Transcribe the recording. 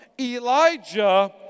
Elijah